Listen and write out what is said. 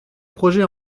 projet